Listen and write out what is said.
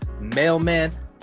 mailman